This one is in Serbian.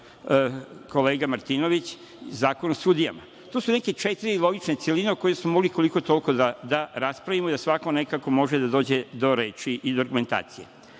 kolega Martinović, Zakon o sudijama. To su neke četiri logične celine o kojima smo mogli koliko-toliko da raspravimo i da svako nekako može da dođe do reči i do argumentacije.